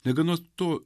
negana to